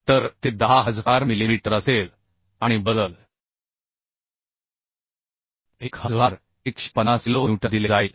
तर ते 10000 मिलीमीटर असेल आणि बल 1150 किलो न्यूटन दिले जाईल